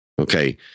Okay